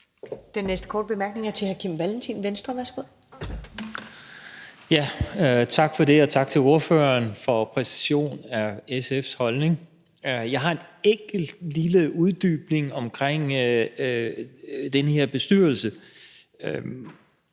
Den næste korte bemærkning er til hr. Kim Valentin, Venstre. Værsgo. Kl. 20:11 Kim Valentin (V): Tak for det, og tak til ordføreren for at præcisere SF's holdning. Jeg ønsker en enkelt lille uddybning omkring den her bestyrelse.